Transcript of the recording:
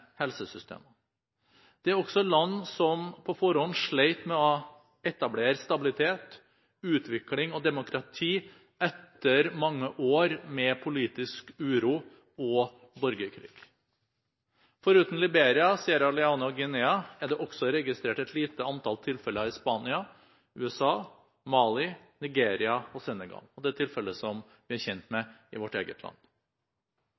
er også land som på forhånd slet med å etablere stabilitet, utvikling og demokrati etter mange år med politisk uro og borgerkrig. Foruten Liberia, Sierra Leone og Guinea er det også registrert et lite antall tilfeller i Spania, USA, Mali, Nigeria og Senegal – og det tilfellet som vi er kjent med i vårt eget land.